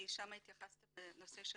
כי שם התייחסתם לנושא התקציבים,